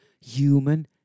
human